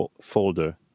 folder